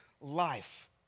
life